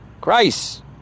Christ